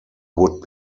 would